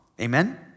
Amen